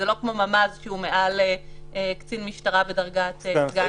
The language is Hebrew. וזה לא ממ"ז שהוא מעל קצין משטרה בדרגת סגן-ניצב.